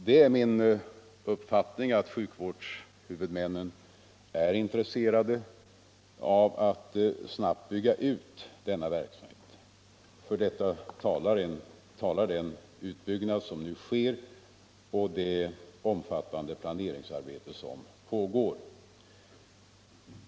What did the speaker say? Det är min uppfattning att sjukvårdshuvudmännen är intresserade av att snabbt bygga ut denna verksamhet. För detta talar den utbyggnad som nu sker och det omfattande planeringsarbete som pågår.